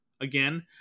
again